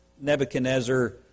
Nebuchadnezzar